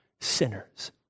sinners